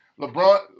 LeBron